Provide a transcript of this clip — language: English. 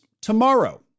Tomorrow